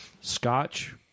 scotch